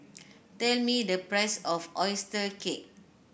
tell me the price of oyster cake